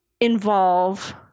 involve